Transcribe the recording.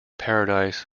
paradise